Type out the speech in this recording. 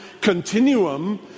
continuum